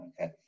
Okay